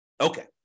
Okay